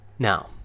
Now